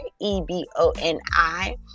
E-B-O-N-I